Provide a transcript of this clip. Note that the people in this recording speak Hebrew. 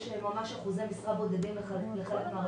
יש ממש אחוזי משרה בודדים לחלק מהרשויות.